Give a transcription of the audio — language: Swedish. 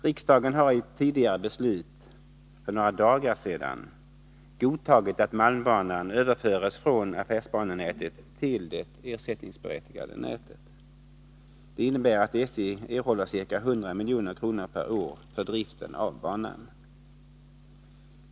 Riksdagen har i ett tidigare beslut för några dagar sedan godtagit att malmbanan överförs från affärsbanenätet till det ersättningsberättigade nätet. Det innebär att SJ erhåller ca 100 milj.kr. per år för driften av banan.